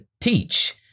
teach